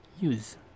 use